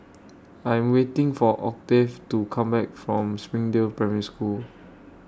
I'm waiting For Octave to Come Back from Springdale Primary School